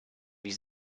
wie